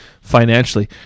financially